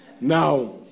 Now